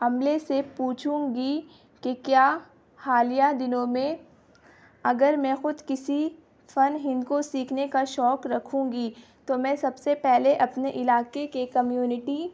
عملے سے پوچھوں گی کہ کیا حالیہ دنوں میں اگر میں خود کسی فن ہند کو سیکھنے کا شوق رکھوں گی تو میں سب سے پہلے اپنے علاقے کے کمیونٹی